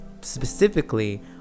specifically